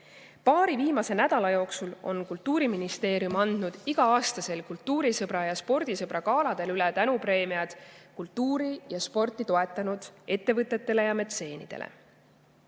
Paari viimase nädala jooksul on Kultuuriministeerium andnud iga-aastasel kultuurisõbra ja spordisõbra galadel üle tänupreemiad kultuuri ja sporti toetanud ettevõtetele ja metseenidele.